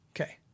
Okay